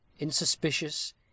insuspicious